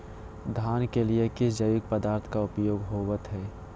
धान के लिए किस जैविक पदार्थ का उपयोग होवत है?